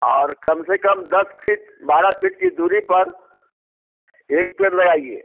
और कम से कम दस फिट बारह फिट की दूरी पर एक पेड़ लगाईए